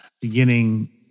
beginning